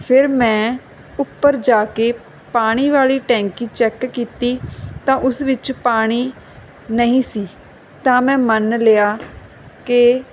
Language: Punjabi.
ਫਿਰ ਮੈਂ ਉੱਪਰ ਜਾ ਕੇ ਪਾਣੀ ਵਾਲੀ ਟੈਂਕੀ ਚੈੱਕ ਕੀਤੀ ਤਾਂ ਉਸ ਵਿੱਚ ਪਾਣੀ ਨਹੀਂ ਸੀ ਤਾਂ ਮੈਂ ਮੰਨ ਲਿਆ ਕਿ